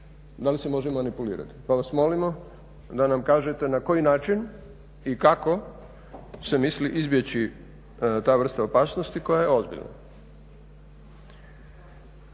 se time može to manipulirati. Pa vas molimo da nam kažete na koji način i kako se misli izbjeći ta vrsta opasnosti koja je ozbiljna.